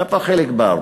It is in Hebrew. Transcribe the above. איפה חיליק בר?